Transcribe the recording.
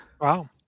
Wow